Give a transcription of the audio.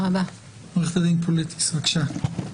אדוני היושב-ראש, אפשר בבקשה?